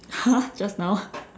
!huh! just now